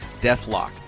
Deathlock